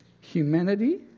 humanity